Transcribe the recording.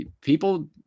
people